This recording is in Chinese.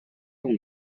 众多